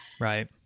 right